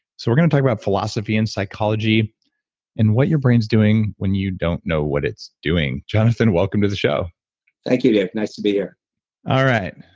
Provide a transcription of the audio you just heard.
so we're going to talk about philosophy and psychology and what your brain's doing when you don't know what it's doing. jonathan, welcome to the show thank you, dave. nice to be here all right.